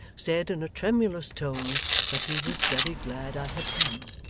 said in a tremulous tone that he was very glad i had come.